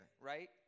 right